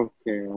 Okay